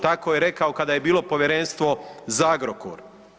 Tako je rekao kada je bilo Povjerenstvo za Agrokor.